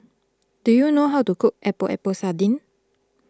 do you know how to cook Epok Epok Sardin